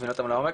מבין אותם לעומק.